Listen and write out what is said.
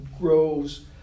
grows